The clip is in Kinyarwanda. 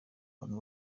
bantu